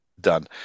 done